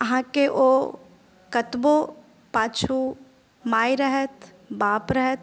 अहाँके ओ कतबो पाछू माय रहैत बाप रहैत